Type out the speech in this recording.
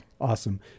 Awesome